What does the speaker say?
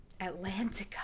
Atlantica